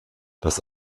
das